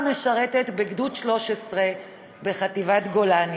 המשרתת בגדוד 13 בחטיבת גולני.